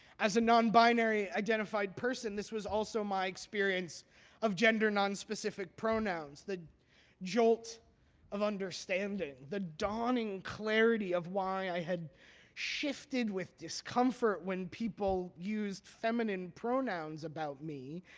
as a non-binary identified person, this was also my experience of gender nonspecific pronouns. the jolt of understanding, the dawning clarity of why i had shifted with discomfort when people used feminine pronouns about me,